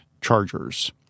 chargers